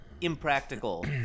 impractical